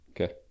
Okay